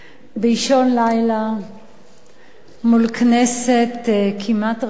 באישון לילה מול כנסת כמעט ריקה